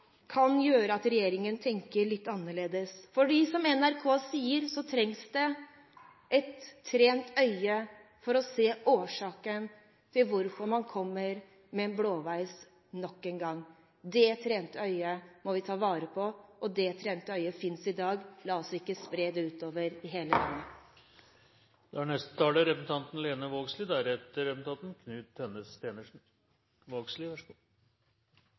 kan gjøre at regjeringen tenker litt annerledes, fordi det – som man sa på NRK – trengs et trent øye for å se årsaken til hvorfor man kommer med en blåveis nok en gang. Det trente øyet må vi ta vare på, og det trente øyet fins i dag – la oss ikke spre det utover i hele landet.